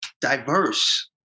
diverse